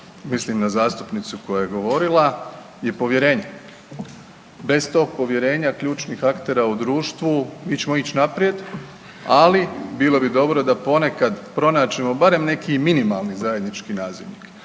mislim na zastupnicu koja je govorila je povjerenje. Bez tog povjerenja ključnih aktera u društvu mi ćemo ići naprijed, ali bilo bi dobro da ponekad pronađemo barem neki i minimalni zajednički nazivnik.